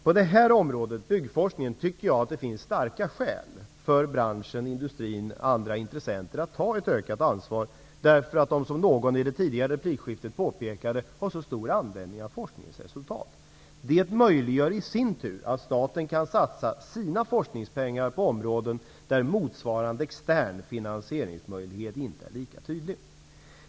På byggforskningsområdet tycker jag att det finns starka skäl för branschen, industrin och andra intressenter att ta ett ökat ansvar därför att de, som någon i det tidigare replikskiftet påpekade, har så stor användning av forskningsresultat. Det möjliggör i sin tur att staten kan satsa sina forskningspengar på områden där motsvarande extern finansieringsmöjlighet inte är lika tydlig.